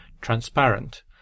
transparent